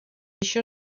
això